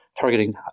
targeting